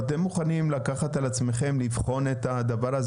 אתם מוכנים לקחת על עצמכם לבחון את הדבר הזה?